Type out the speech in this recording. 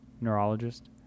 neurologist